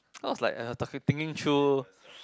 I was like uh talki~ thinking through